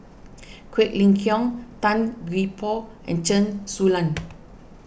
Quek Ling Kiong Tan Gee Paw and Chen Su Lan